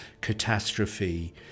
Catastrophe